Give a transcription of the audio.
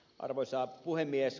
arvoisa puhemies